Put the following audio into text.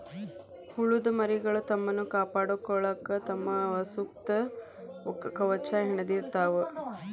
ಹುಳದ ಮರಿಗಳು ತಮ್ಮನ್ನ ಕಾಪಾಡಕೊಳಾಕ ತಮ್ಮ ಸುತ್ತ ಕವಚಾ ಹೆಣದಿರತಾವ